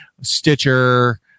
Stitcher